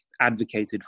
advocated